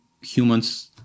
humans